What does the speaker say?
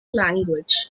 language